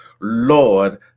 Lord